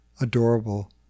adorable